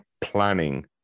planning